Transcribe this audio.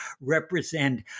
represent